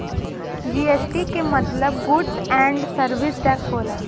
GST के मतलब goods and service tax होला